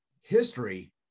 History